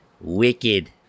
Wicked